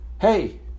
hey